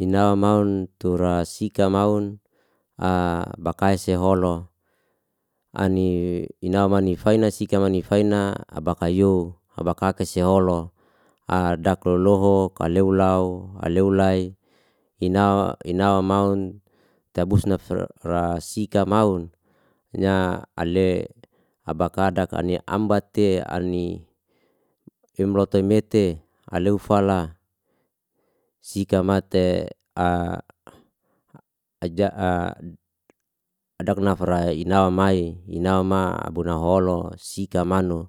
Inawa maun tura sika maun bakaise holo. Ani ina mauni faina sika ni faina abakayo aba kaka siholo dak loloho kaleu lau aleu lai, inawa maun tabusna ra sika maun, na ale abakadak ani ambate, ani imlotoi mete aleu fala sika mate adakna fara inawa mai inawa ma buno holo sika manu.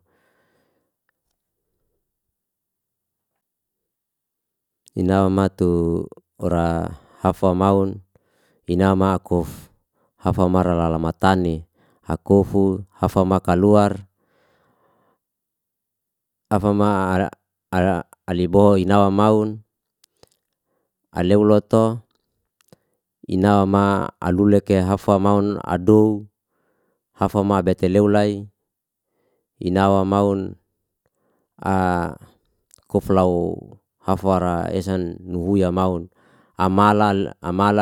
Inawa matu ora hafa maun ina ma akuf hafamara lalama tani. Hakofu, hafama kaluar, hafama alibo inawa maun, aleu loto inawa mawa aluleke hafa maun adow, hafama bete leu lai, inawa maun kuflau hafara esan nuhu ya maun. Amalal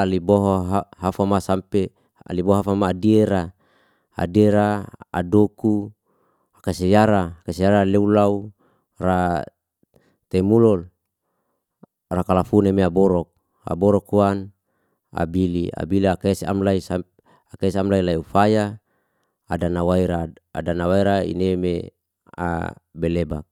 liboho hafama sampe liboho hafama adera. Adera, adoku, kaseyara leu lau ra temulol ra kalafu me ne aborok, aborok huan abili akes sam lai leu faya adana waira adana waira ineme belebak.